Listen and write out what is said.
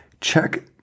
check